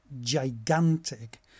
gigantic